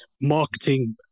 marketing